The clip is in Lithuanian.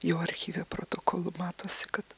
jo archyve protokolų matosi kad